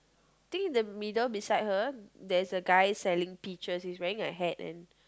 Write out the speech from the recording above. think the middle beside her there's a guy selling peaches he's wearing a hat and